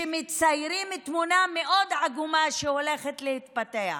שמציירים תמונה מאוד עגומה שהולכת להתפתח.